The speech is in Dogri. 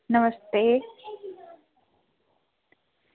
नमस्ते